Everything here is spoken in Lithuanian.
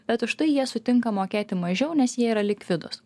bet užtai jie sutinka mokėti mažiau nes jie yra likvidūs